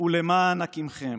ולמען הקימכם?"